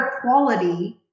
quality